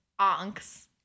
onks